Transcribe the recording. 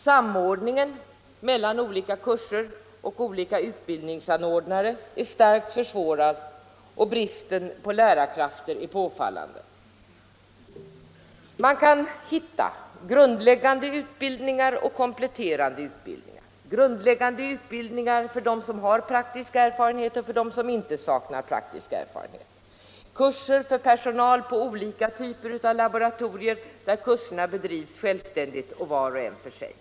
Samordningen mellan olika kurser och olika utbildningsanordnare är starkt försvårad, och bristen på lärarkrafter är påfallande. Man kan hitta grundläggande utbildningar och kompletterande utbildningar, grundläggande utbildningar för dem som har praktisk erfarenhet och för dem som saknar praktisk erfarenhet, kurser för personal på olika typer av laboratorier, där kurserna bedrivs självständigt och var och en för sig.